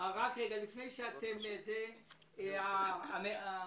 באותו רגע שהוצאת אותו נגמר האירוע.